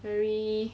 very